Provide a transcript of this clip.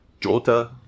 Jota